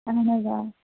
اَہَن حظ آ